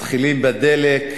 מתחילים בדלק,